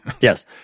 Yes